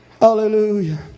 hallelujah